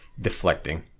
deflecting